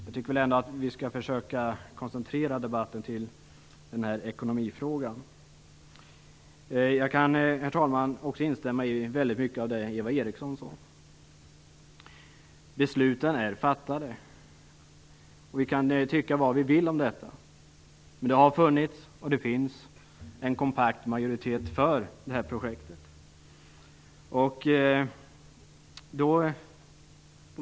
Jag tycker att vi skall försöka koncentrera debatten till ekonomifrågan. Herr talman! Jag kan instämma i väldigt mycket av det Eva Eriksson sade. Besluten är fattade. Vi kan tycka vad vill om detta, men det har funnits och finns en kompakt majoritet för detta projekt.